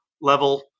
level